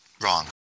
wrong